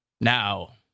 now